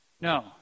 No